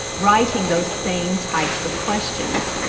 writing those same types of questions.